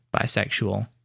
bisexual